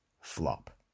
flop